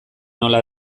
nola